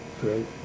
great